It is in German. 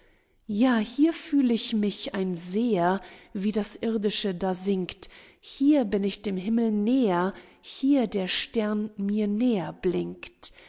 ja hier fühl ich mich ein seher wie das irdische da sinkt hier bin ich dem himmel näher hier der stern mir näher blinkt